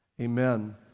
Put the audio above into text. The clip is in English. amen